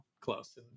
close